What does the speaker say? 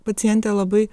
pacientė labai